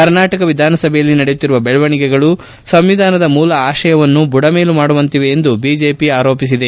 ಕರ್ನಾಟಕದ ವಿಧಾನಸಭೆಯಲ್ಲಿ ನಡೆಯುತ್ತಿರುವ ಬೆಳವಣಿಗೆಗಳು ಸಂವಿಧಾನದ ಮೂಲ ಆಶಯವನ್ನು ಬುಡಮೇಲು ಮಾಡುವಂತಿವೆ ಎಂದು ಬಿಜೆಪಿ ಆರೋಪಿಸಿದೆ